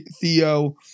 Theo